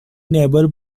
never